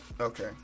okay